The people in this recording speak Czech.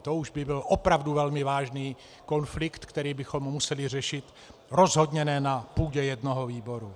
To už by byl opravdu velmi vážný konflikt, který bychom museli řešit rozhodně ne na půdě jednoho výboru.